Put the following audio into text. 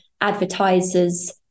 advertisers